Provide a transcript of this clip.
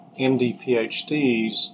MD-PhDs